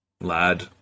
lad